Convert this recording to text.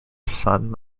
sun